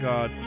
God